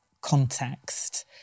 context